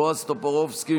בועז טופורובסקי,